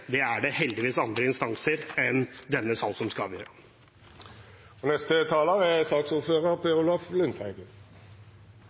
Det er det heldigvis andre instanser enn denne sal som skal avgjøre. Representanten Wiborg har rett i at jeg ikke er